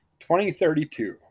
2032